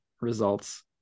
results